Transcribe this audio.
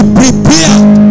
prepared